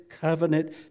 covenant